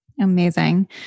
Amazing